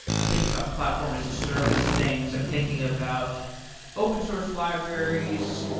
i'm thinking about platform as a service things, i'm thinking about open source libraries,